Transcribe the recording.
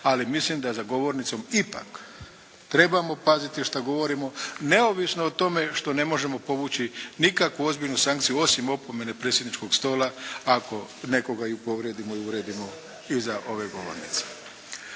ali mislim da za govornicom ipak trebamo paziti šta govorimo neovisno o tome što ne možemo povući nikakvu ozbiljnu sankciju osim opomene predsjedničkog stola ako nekoga povrijedimo ili uvrijedimo iza ove govornice.